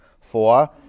Four